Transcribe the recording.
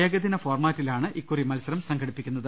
ഏകദിന ഫോർമാറ്റിലാണ് ഇക്കുറി മത്സരം സംഘടിപ്പിക്കുന്നത്